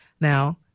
Now